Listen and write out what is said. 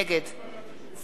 סטס מיסז'ניקוב,